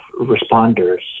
Responders